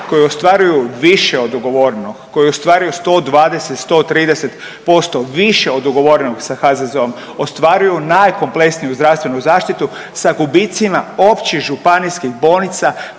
koji ostvaruju više od ugovorenog, koji ostvaruju 120, 130% više od ugovorenog sa HZZO-om. Ostvaruju najkompleksniju zdravstvenu zaštitu sa gubicima općih županijskih bolnica